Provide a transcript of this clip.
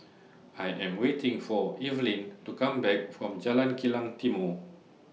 I Am waiting For Evelyne to Come Back from Jalan Kilang Timor